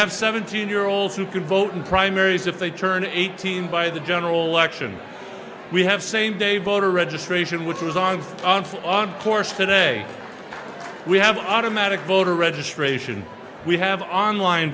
have seventeen year olds who can vote in primaries if they turn eighteen by the general election we have same day voter registration which is on and on course today we have an automatic voter registration we have online